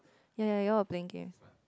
ya ya you were playing games